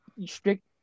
strict